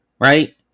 right